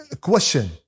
question